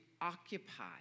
occupy